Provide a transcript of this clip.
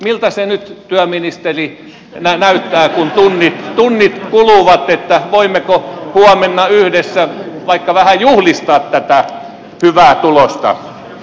miltä se nyt työministeri näyttää kun tunnit kuluvat voimmeko huomenna yhdessä vaikka vähän juhlistaa tätä hyvää tulosta